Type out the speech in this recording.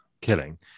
killing